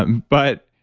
but,